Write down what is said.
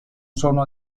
sono